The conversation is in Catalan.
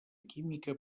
química